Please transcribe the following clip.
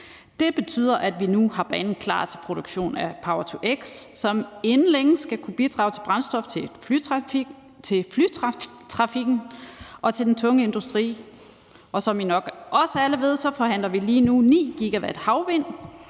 Det betyder, at vi nu har banen klar til produktion af power-to-x, som inden længe skal kunne bidrage til brændstof til flytrafikken og til den tunge industri, og som I nok også alle ved, forhandler vi lige nu om 9 GW havvind,